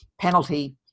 penalty